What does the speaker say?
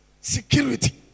security